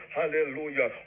hallelujah